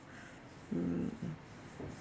mm mm